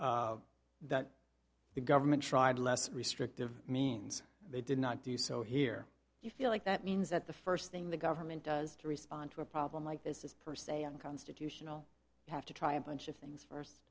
that the government tried less restrictive means they did not do so here you feel like that means that the first thing the government does to respond to a problem like this is per se unconstitutional have to try a bunch of things